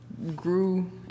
Grew